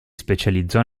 specializzò